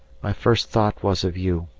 my first thought was of you,